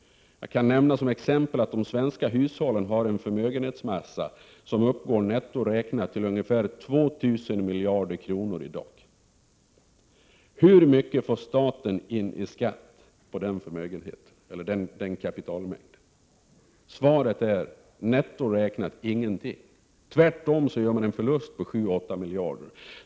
Jag kan som exempel nämna att de svenska hushållen har en förmögenhetsmassa som i dag uppgår till ungefär 2 000 miljarder kronor netto. Hur mycket får staten in i skatt på den kapitalmängden? Svaret är: Netto räknat ingenting. Tvärtom gör staten en förlust på 7-8 miljarder.